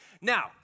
Now